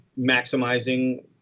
maximizing